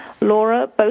Laura